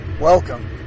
Welcome